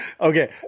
Okay